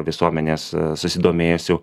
visuomenės susidomėjusių